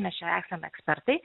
mes čia esam ekspertai